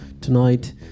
tonight